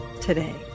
today